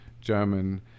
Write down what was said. German